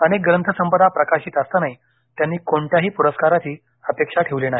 अनेक ग्रंथ संपदा प्रकाशित असतांनाही त्यांनी कोणत्याही पुरस्काराची अपेक्षा ठेवली नाही